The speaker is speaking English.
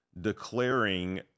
declaring